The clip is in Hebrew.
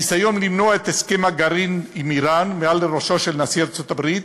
הניסיון למנוע את הסכם הגרעין עם איראן מעל ראשו של נשיא ארצות-הברית,